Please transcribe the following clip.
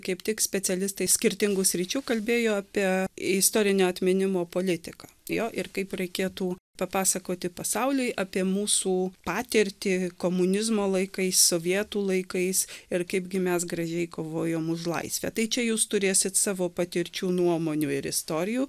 kaip tik specialistai skirtingų sričių kalbėjo apie istorinio atminimo politiką jo ir kaip reikėtų papasakoti pasauliui apie mūsų patirtį komunizmo laikais sovietų laikais ir kaipgi mes gražiai kovojom už laisvę tai čia jūs turėsit savo patirčių nuomonių ir istorijų